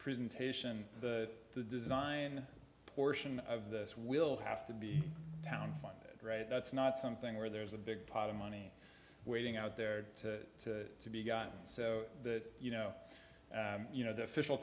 presentation the the design portion of this will have to be down funded right that's not something where there's a big pot of money waiting out there to be gotten so that you know you know the official